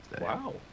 wow